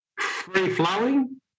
Free-flowing